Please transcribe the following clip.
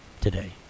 today